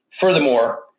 Furthermore